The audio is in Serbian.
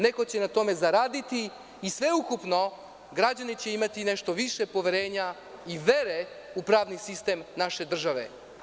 Neko će na tome zaraditi i sveukupno, građani će imati nešto više poverenja i vere u pravni sistem naše države.